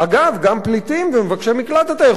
גם פליטים ומבקשי מקלט אתה יכול לפעמים,